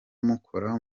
mukora